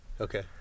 Okay